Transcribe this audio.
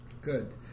Good